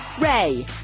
Ray